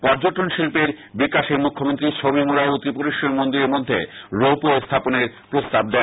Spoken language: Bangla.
পর্যটন শিল্পের বিকাশে মুখ্যমন্ত্রী ছবিমুড়া ও ত্রিপুরেশ্বরী মন্দিরের মধ্যে রোপওয়ে স্হাপনের প্রস্তাব দেন